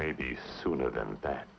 maybe sooner than that